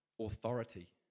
authority